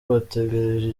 bategereje